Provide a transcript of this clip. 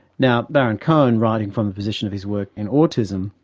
now, baron-cohen, writing from a position of his work in autism,